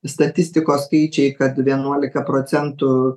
statistikos skaičiai kad vienuolika procentų